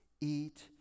eat